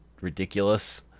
ridiculous